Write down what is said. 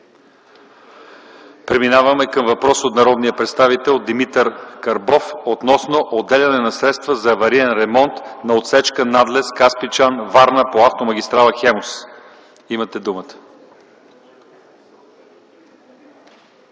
Преминаваме към въпрос от народния представител Димитър Карбов относно отделяне на средства за авариен ремонт на отсечка: надлез Каспичан – Варна по автомагистрала „Хемус”. Имате думата,